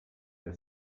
der